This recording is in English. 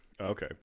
Okay